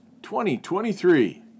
2023